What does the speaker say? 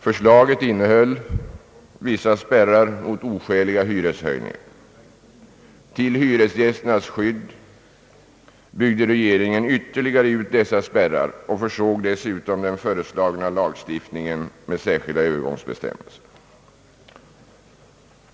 Förslaget innehöll vissa spärrar mot oskäliga hyreshöjningar. Till hyresgästernas skydd byggde regeringen ytterligare ut dessa spärrar och försåg dessutom den föreslagna lagstiftningen med särskilda Övergångsbestämmelser.